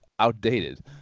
outdated